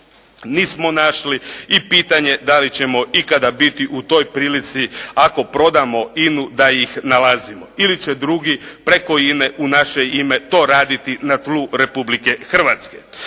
nismo našli i pitanje je da li ćemo ikada biti u toj prilici ako prodamo INA-u da ih nalazimo ili će drugi preko INA-e u naše ime to raditi na tlu Republike Hrvatske.